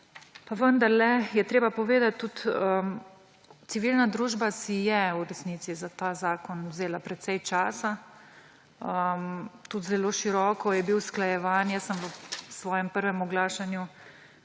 Pa vendarle je treba povedati, tudi civilna družba si je v resnici za ta zakon vzela precej časa in tudi zelo široko je bil usklajevan. Jaz sem v svojem prvem oglašanju